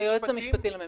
את היועץ המשפטי לממשלה.